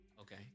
Okay